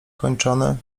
kończony